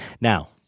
Now